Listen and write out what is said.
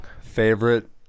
Favorite